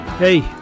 Hey